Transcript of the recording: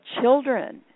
children